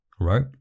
right